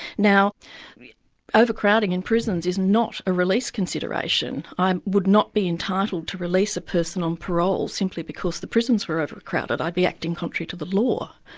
now overcrowding in prisons is not a release consideration. i would not be entitled to release a person on parole simply because the prisons were overcrowded. i'd be acting contrary to the law.